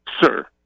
sir